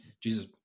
Jesus